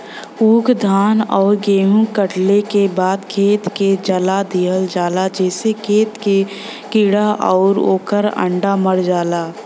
ऊख, धान आउर गेंहू कटले के बाद खेत के जला दिहल जाला जेसे खेत के कीड़ा आउर ओकर अंडा मर जाला